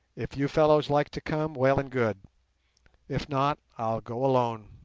if you fellows like to come, well and good if not, i'll go alone